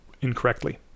incorrectly